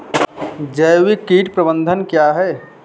जैविक कीट प्रबंधन क्या है?